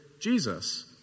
Jesus